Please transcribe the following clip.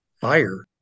fire